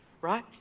right